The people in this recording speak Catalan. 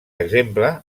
exemple